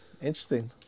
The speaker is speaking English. interesting